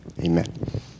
amen